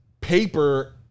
paper